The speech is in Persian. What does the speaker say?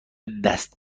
دست